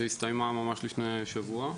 שהסתיימה ממש לפני שבוע.